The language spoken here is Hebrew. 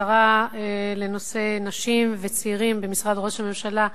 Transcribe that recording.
לשרה לנושא נשים וצעירים במשרד ראש הממשלה,